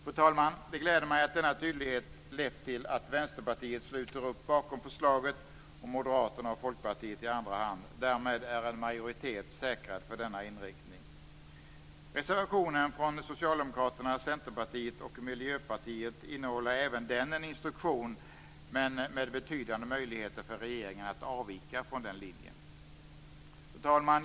Fru talman! Det gläder mig att denna tydlighet lett till att Vänsterpartiet sluter upp bakom förslaget - och Moderaterna och Folkpartiet i andra hand. Därmed är en majoritet säkrad för denna inriktning. Reservationen från Socialdemokraterna, Centerpartiet och Miljöpartiet innehåller också en instruktion, men med betydande möjligheter för regeringen att avvika från den linjen.